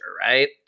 right